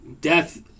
death